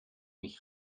mich